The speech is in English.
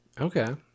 Okay